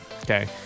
okay